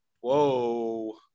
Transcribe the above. whoa